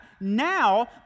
now